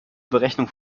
berechnung